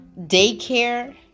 daycare